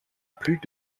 plus